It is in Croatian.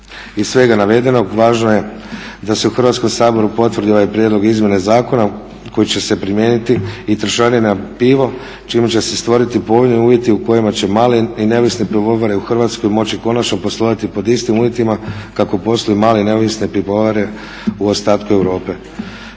Iz svega navedenog važno je da se u Hrvatskom saboru potvrdi ovaj prijedlog izmjena zakona koji će se primijeniti i trošarina na pivo čime će se stvoriti povoljni uvjeti u kojima će male i neovisne pivovare u Hrvatskoj moći konačno poslovati pod istim uvjetima kako posluju male i neovisne pivovare u ostatku Europe.